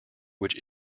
which